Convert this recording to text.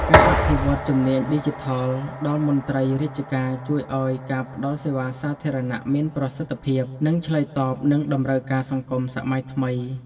ការអភិវឌ្ឍជំនាញឌីជីថលដល់មន្ត្រីរាជការជួយឱ្យការផ្តល់សេវាសាធារណៈមានប្រសិទ្ធភាព និងឆ្លើយតបនឹងតម្រូវការសង្គមសម័យថ្មី។